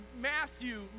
matthew